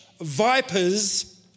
vipers